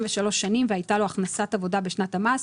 שנים והייתה לו הכנסת עבודה בשנת המס",